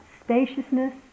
spaciousness